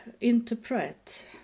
interpret